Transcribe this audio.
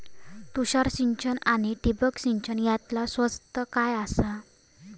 तुषार सिंचन आनी ठिबक सिंचन यातला स्वस्त काय आसा?